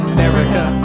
America